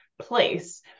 place